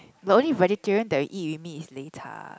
the only vegetarian that you eat with me is lei cha